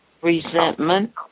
Resentment